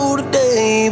today